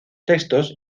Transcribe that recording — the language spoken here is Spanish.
textos